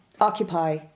occupy